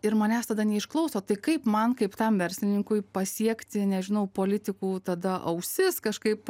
ir manęs tada neišklauso tai kaip man kaip tam verslininkui pasiekti nežinau politikų tada ausis kažkaip